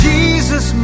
Jesus